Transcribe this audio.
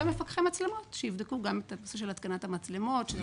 ומפקחי מצלמות שיבדקו את הנושא של התקנת המצלמות.